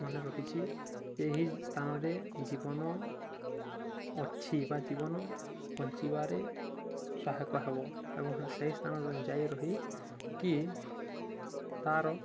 ମନେ ରହିଛି ଯେ ଏହି ସ୍ଥାନରେ ଜୀବନ ଅଛି ବା ଜୀବନ ବଞ୍ଚିବାରେ ସହାୟକ ହେବ ଏବଂ ସେହି ସ୍ଥାନରେ ଯାଇ ରହି କିି ତା'ର